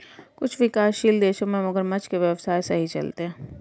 कुछ विकासशील देशों में मगरमच्छ के व्यवसाय सही चलते हैं